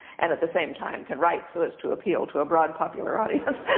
and at the same time can write so as to appeal to a broad popular audience.